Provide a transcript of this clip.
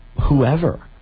whoever